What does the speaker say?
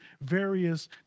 various